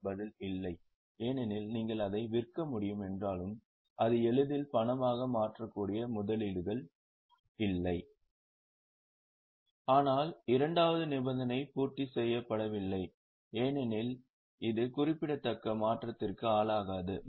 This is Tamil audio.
பதில் இல்லை ஏனெனில் நீங்கள் அதை விற்க முடியும் என்றாலும் இது எளிதில் பணமாக மாற்றக்கூடிய முதலீடுகளைக் இரண்டாவது நிபந்தனை பூர்த்தி செய்யப்படவில்லை ஏனெனில் இது குறிப்பிடத்தக்க மாற்றத்திற்கு ஆளாகாது